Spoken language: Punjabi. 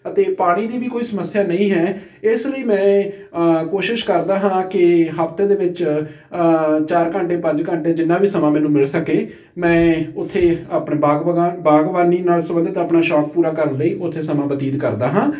ਅਤੇ ਪਾਣੀ ਦੀ ਵੀ ਕੋਈ ਸਮੱਸਿਆ ਨਹੀਂ ਹੈ ਇਸ ਲਈ ਮੈਂ ਕੋਸ਼ਿਸ਼ ਕਰਦਾ ਹਾਂ ਕਿ ਹਫ਼ਤੇ ਦੇ ਵਿੱਚ ਚਾਰ ਘੰਟੇ ਪੰਜ ਘੰਟੇ ਜਿੰਨਾ ਵੀ ਸਮਾਂ ਮੈਨੂੰ ਮਿਲ ਸਕੇ ਮੈਂ ਉੱਥੇ ਆਪਣੀ ਬਾਗ ਬਗਾਨ ਬਾਗਬਾਨੀ ਨਾਲ਼ ਸੰਬੰਧਿਤ ਆਪਣਾ ਸ਼ੌਕ ਪੂਰਾ ਕਰਨ ਲਈ ਉੱਥੇ ਸਮਾਂ ਬਤੀਤ ਕਰਦਾ ਹਾਂ